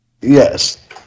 Yes